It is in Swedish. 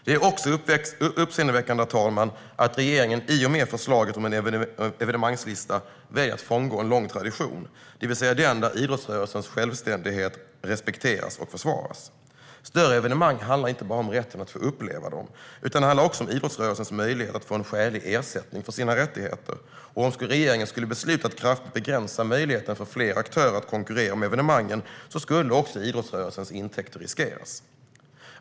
Det är också uppseendeväckande, herr talman, att regeringen i och med förslaget om en evenemangslista väljer att frångå en lång tradition: att idrottsrörelsens självständighet respekteras och försvaras. Det handlar inte bara om rätten att få uppleva större evenemang, utan också om idrottsrörelsens möjlighet att få skälig ersättning för sina rättigheter. Om regeringen skulle besluta att kraftigt begränsa möjligheten för fler aktörer att konkurrera om evenemangen skulle också idrottsrörelsens intäkter riskeras.